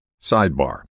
Sidebar